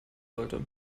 sollte